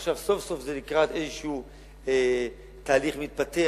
ועכשיו סוף-סוף זה לקראת איזשהו תהליך מתפתח